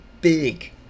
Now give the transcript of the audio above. big